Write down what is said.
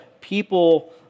people